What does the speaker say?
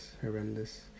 Horrendous